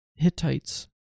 Hittites